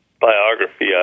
biography